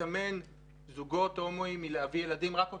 שמסמן זוגות הומואים מלהביא ילדים, ורק אותם.